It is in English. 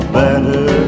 better